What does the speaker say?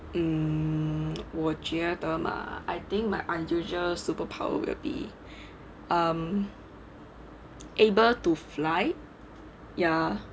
um 我觉得嘛 I think my unusual superpower will be um able to fly ya